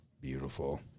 beautiful